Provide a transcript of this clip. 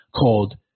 called